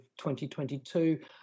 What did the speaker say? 2022